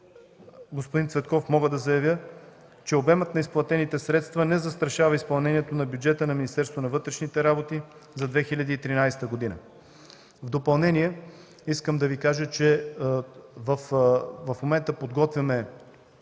господин Цветков, мога да заявя, че обемът на изплатените средства не застрашава изпълнението на бюджета на Министерството на вътрешните работи за 2013 г. В допълнение искам да Ви кажа, че в момента подготвяме